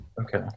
Okay